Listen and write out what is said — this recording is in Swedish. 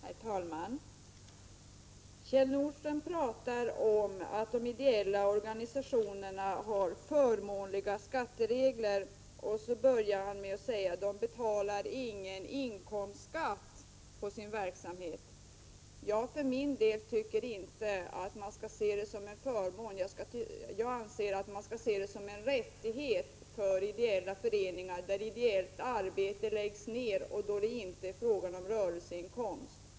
Herr talman! Kjell Nordström pratar om att de ideella organisationerna har förmånliga skatteregler och börjar med att säga: De betalar ingen inkomstskatt på sin verksamhet. Jag för min del tycker inte att det skall ses som en förmån. Jag anser att det skall ses som en rättighet för ideella föreningar, där ideellt arbete läggs ned och det inte är fråga om rörelseinkomst.